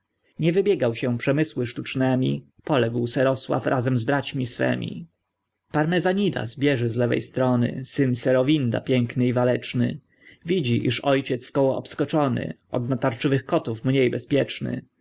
nie wybiegał się przemysły sztucznemi poległ serosław razem z bracią swemi parmezanidas bieży z lewej strony syn serowinda piękny i waleczny widzi iż ojciec wkoło obskoczony od natarczywych kotów mniej bezpieczny